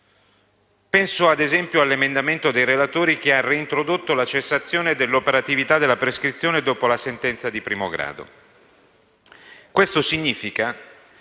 Penso, ad esempio, all'emendamento dei relatori che ha reintrodotto la cessazione dell'operatività della prescrizione dopo la sentenza di primo grado.